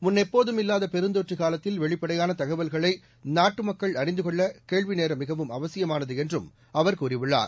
முன்னெப்போதும் இல்லாத பெருந்தொற்று காலத்தில் வெளிப்படையான தகவல்களை நாட்டு மக்கள் அறிந்து கொள்ள கேள்விநேரம் மிகவும் அவசியமானது என்றும் அவர் கூறியுள்ளார்